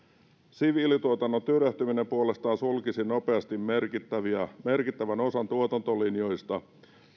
siviilituotannon tyrehtyminen puolestaan sulkisi nopeasti merkittävän osan tuotantolinjoista